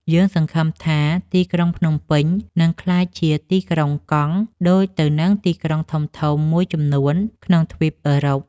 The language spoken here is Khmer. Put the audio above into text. យើងសង្ឃឹមថាទីក្រុងភ្នំពេញនឹងក្លាយជា ទីក្រុងកង់ ដូចទៅនឹងទីក្រុងធំៗមួយចំនួនក្នុងទ្វីបអឺរ៉ុប។